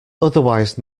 otherwise